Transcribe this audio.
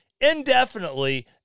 indefinitely